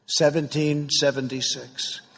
1776